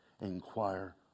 Inquire